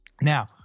Now